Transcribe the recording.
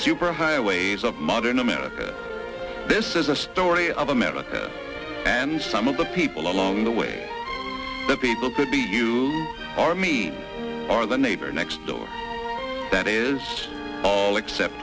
super highways of modern america this is a story of america and some of the people along the way that people could be you or me or the neighbor next door that is all except